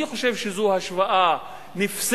אני חושב שזו השוואה נפסדת,